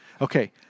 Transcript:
Okay